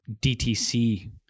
DTC